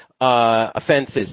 offenses